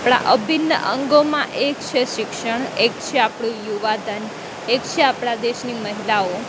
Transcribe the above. આપણું અભિન્ન અંગોમાં એક છે શિક્ષણ એક છે આપણું યુવા ધન એક છે આપણા દેશની મહિલાઓ